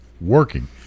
working